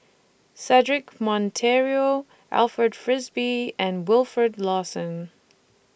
Cedric Monteiro Alfred Frisby and Wilfed Lawson